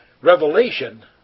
revelation